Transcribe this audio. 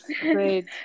Great